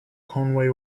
conway